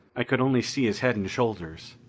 i could only see his head and shoulders.